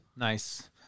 Nice